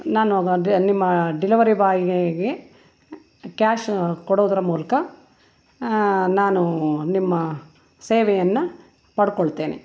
ನಾನು ನಿಮ್ಮ ಡಿಲವರಿ ಬಾಯ್ಗೆ ಕ್ಯಾಶ ಕೊಡೋದರ ಮೂಲಕ ನಾನು ನಿಮ್ಮ ಸೇವೆಯನ್ನು ಪಡ್ಕೊಳ್ತೇನೆ